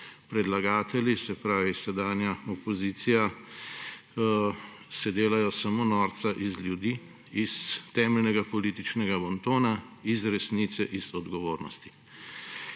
predlagatelji, se pravi sedanja opozicija, se delajo samo norca iz ljudi, iz temeljnega političnega bontona, iz resnice, iz odgovornosti.